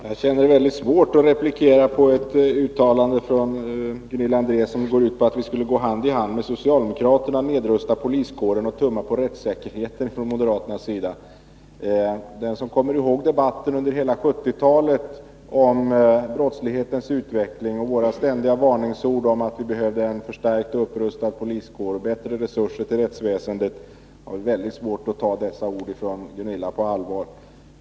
Herr talman! Det känns mycket svårt för mig att replikera på ett uttalande av Gunilla André som går ut på att vi från moderaternas sida skulle gå hand i hand med socialdemokraterna och nedrusta poliskåren och tumma på rättssäkerheten. Den som kommer ihåg debatten under hela 1970-talet om brottslighetens utveckling och våra ständiga varningsord om att vi behövde en förstärkt och upprustad poliskår och bättre resurser till rättsväsendet, har mycket svårt att ta dessa ord från Gunilla André på allvar.